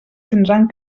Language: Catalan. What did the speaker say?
tindran